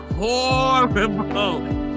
horrible